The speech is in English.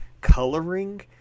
coloring